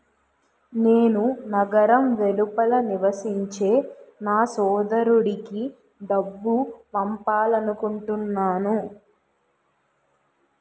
నేను నగరం వెలుపల నివసించే నా సోదరుడికి డబ్బు పంపాలనుకుంటున్నాను